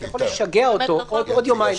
אתה יכול לשגע אותו: עוד יומיים,